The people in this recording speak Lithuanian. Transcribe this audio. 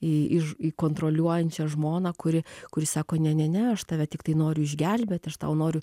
į iš į kontroliuojančią žmoną kuri kuri sako ne ne ne aš tave tiktai noriu išgelbėt aš tau noriu